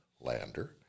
Lander